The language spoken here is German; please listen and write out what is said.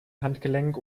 handgelenk